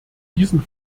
diesen